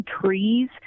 trees